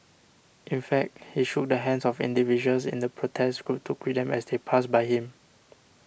in fact he shook the hands of individuals in the protest group to greet them as they passed by him